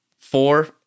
four